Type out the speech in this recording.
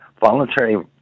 voluntary